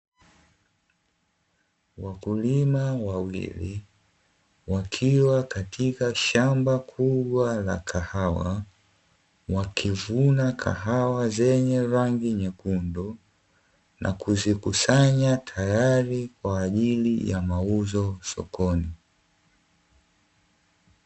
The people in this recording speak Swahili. Wakulima wawili wakiwa katika shamba kubwa la kahawa, wakivuna kahawa zenye rangi nyekundu na kuzikusanya tayari kwa ajili ya mauzo sokoni.